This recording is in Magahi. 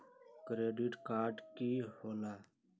क्रेडिट कार्ड की होला?